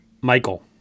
Michael